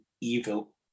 evil